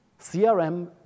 CRM